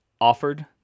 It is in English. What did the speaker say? offered